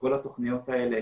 שכל התוכניות האלה